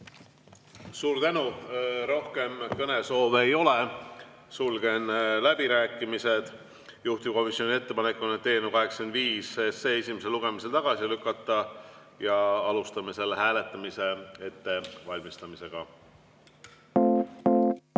Suur tänu! Rohkem kõnesoove ei ole. Sulgen läbirääkimised. Juhtivkomisjoni ettepanek on eelnõu 85 esimesel lugemisel tagasi lükata. Alustame selle hääletamise ettevalmistamist. Head